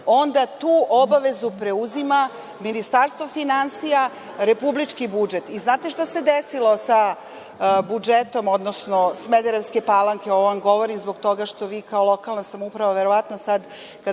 onda tu obavezu preuzima ministarstvo finansija, republički budžet. Znate šta se desilo sa Smederevskom Palankom, ovo govorim zbog toga što vi kao lokalna samouprava verovatno sada